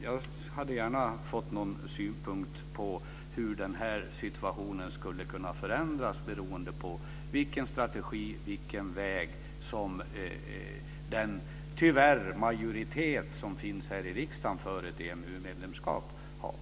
Jag hade gärna fått någon synpunkt på hur situationen skulle kunna förändras beroende på vilken strategi och vilken väg som den majoritet som tyvärr finns här i riksdagen för EMU-medlemskap har.